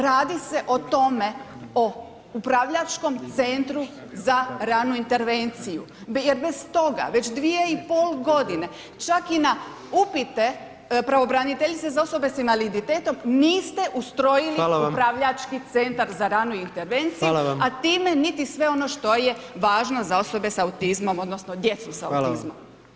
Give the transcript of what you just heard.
Radi se o tome o upravljačkom centru za ranu intervenciju jer bez toga već 2 i pol godine čak i na upite pravobraniteljice za osobe s invaliditetom niste ustrojili [[Upadica: Hvala vam.]] upravljački centar za ranu intervenciju, a time niti sve ono što je važno za osobe sa autizmom odnosno djecu [[Upadica: Hvala vam.]] s autizmom.